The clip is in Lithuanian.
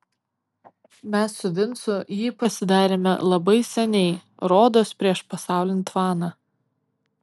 mes su vincu jį pasidarėme labai seniai rodos prieš pasaulinį tvaną